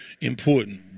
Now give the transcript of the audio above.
important